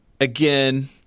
again